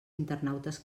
internautes